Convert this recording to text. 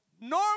normal